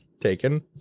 taken